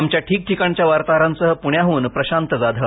आमच्या ठिकठिकाणच्या वार्ताहरांसह प्रण्याहून प्रशांत जाधव